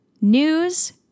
News